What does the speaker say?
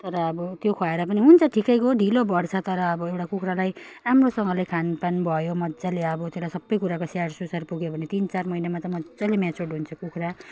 तर अब त्यो खुवाएर पनि हुन्छ ठिकैको ढिलो बढ्छ तर अब एउटा कुख्रालाई राम्रोसँगले खानपान भयो मजाले अब त्यसलाई सबै कुराको स्याहार सुसार पुग्यो भने तिन चार महिनामा त मजाले मेच्यर्ड हुन्छ कुखुरा